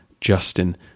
Justin